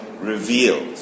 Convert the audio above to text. revealed